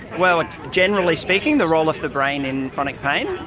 well generally speaking the role of the brain in chronic pain.